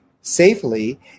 safely